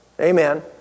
Amen